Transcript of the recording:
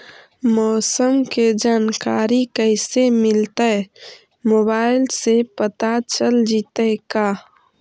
मौसम के जानकारी कैसे मिलतै मोबाईल से पता चल जितै का?